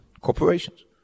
corporations